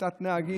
שביתת נהגים,